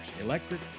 Electric